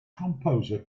composer